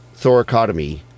thoracotomy